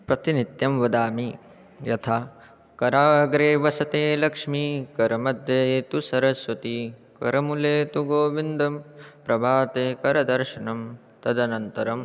प्रतिनित्यं वदामि यथा कराग्रे वसते लक्ष्मीः करमध्ये तु सरस्वती करमूले तु गोविन्दं प्रभाते करदर्शनं तदनन्तरं